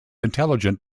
intelligent